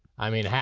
i mean,